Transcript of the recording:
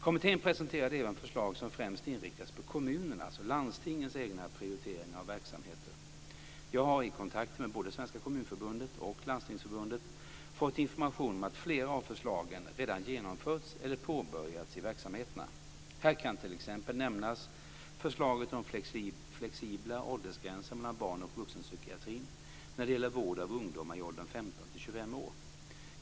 Kommittén presenterade även förslag som främst inriktas på kommunernas och landstingens egna prioriteringar av verksamheter. Jag har i kontakt med både Svenska Kommunförbundet och Landstingsförbundet fått information om att flera av förslagen redan genomförts eller påbörjats i verksamheterna. Här kan t.ex. nämnas förslaget om flexibla åldersgränser mellan barn och vuxenpsykiatrin när det gäller vård av ungdomar i åldern 15-25 år.